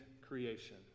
creation